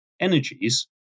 energies